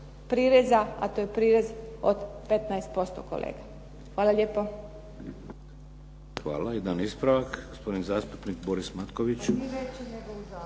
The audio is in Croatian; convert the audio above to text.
a to je prirez od 15% kolega. Hvala lijepo.